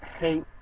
hate